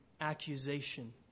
accusation